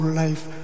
life